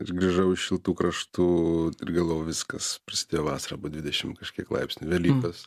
aš grįžau iš šiltų kraštų ir galvojau viskas prasidėjo vasarą arba dvidešim kažkiek laipsnių velykos